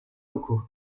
locaux